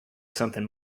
something